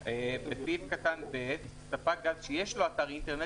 בסעיף קטן (ב) "ספק גז שיש לו אתר אינטרנט,